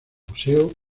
museo